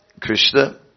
Krishna